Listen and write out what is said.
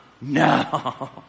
No